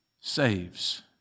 saves